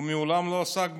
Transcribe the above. הוא מעולם לא עסק בניהול.